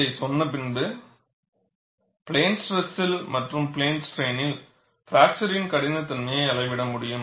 இதைச் சொன்னபின்பு பிளேன் ஸ்ட்ரெஸில் மற்றும் பிளென் ஸ்ட்ரைனில் பிராக்சர் கடினத்தன்மையை அளவிட முடியும்